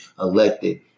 elected